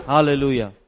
Hallelujah